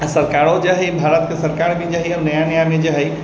सरकारों जे है भारतके सरकार भी जो है नया नयामे जे हैं